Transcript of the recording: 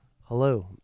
Hello